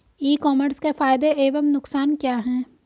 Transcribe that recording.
ई commerce के फायदे एवं नुकसान क्या हैं?